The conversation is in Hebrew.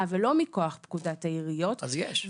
ולא מכוח פקודת העיריות --- אז יש,